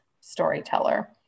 storyteller